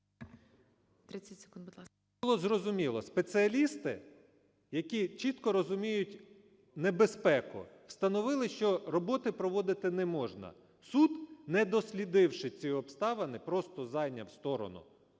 30 секунд, будь ласка.